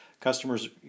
Customers